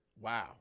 Wow